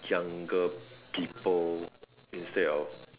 younger people instead of